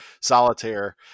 solitaire